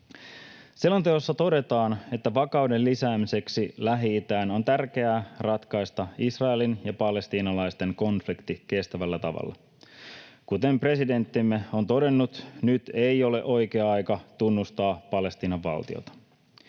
Selonteossa todetaan, että vakauden lisäämiseksi Lähi-itään on tärkeää ratkaista Israelin ja palestiinalaisten konflikti kestävällä tavalla. Kuten presidenttimme on todennut, nyt ei ole oikea aika tunnustaa Palestiinan valtiota.